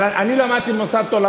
למדתי במוסד פטור.